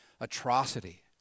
atrocity